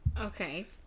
Okay